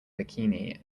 bikini